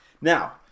Now